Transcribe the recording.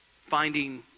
finding